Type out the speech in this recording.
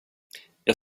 jag